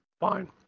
fine